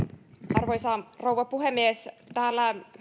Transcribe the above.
arvoisa rouva puhemies täällä